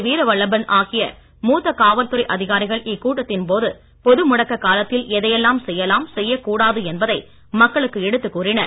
வீரவல்லபன் ஆகிய மூத்த காவல்துறை அதிகாரிகள் இக்கூட்டத்தின் போது பொது முடக்க காலத்தில் எதையெல்லாம் செய்யலாம் செய்யக் கூடாது என்பதை மக்களுக்கு எடுத்துக் கூறினர்